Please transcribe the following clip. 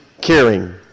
caring